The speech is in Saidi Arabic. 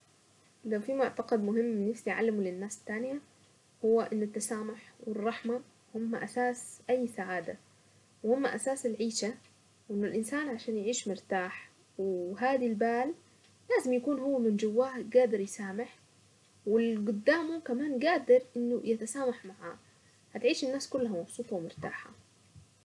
ده في معتقد مهم نفسي اعلمه للناس التانية هو ان التسامح والرحمة هم اساس اي سعادة وهم اساس العيشة وانه الانسان عشان يعيش مرتاح وهذي البال لازم يكون هو من جواه قادر يسامح واللي قدامه كمان قادر انه يتسامح معاه ما تلاقيش الناس كلها مبسوطة ومرتاحة.